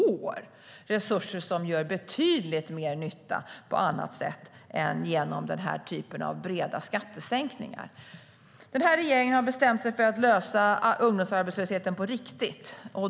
Det är resurser som gör betydligt större nytta på annat sätt än genom den här typen av breda skattesänkningar. Regeringen har bestämt sig för att lösa ungdomsarbetslösheten på riktigt.